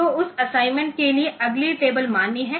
तो उस असाइनमेंट के लिए अगली टेबल मान्य है